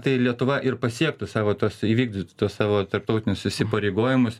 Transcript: tai lietuva ir pasiektų savo tuos įvykdytų tuos savo tarptautinius įsipareigojimus